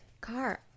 car